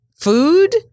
food